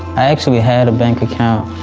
i actually had a bank account,